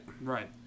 Right